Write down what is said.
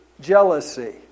Jealousy